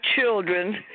children